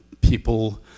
people